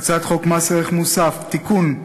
הצעת חוק מס ערך מוסף (תיקון,